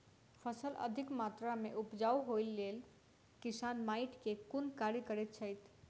फसल अधिक मात्रा मे उपजाउ होइक लेल किसान माटि मे केँ कुन कार्य करैत छैथ?